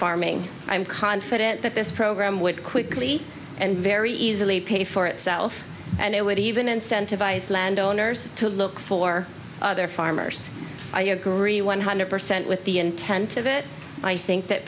farming i'm confident that this program would quickly and very easily pay for itself and i would even incentivise landowners to look for other farmers i agree one hundred percent with the intent of it i think that